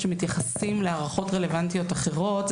שמתייחסים להערכות רלוונטיות אחרות זה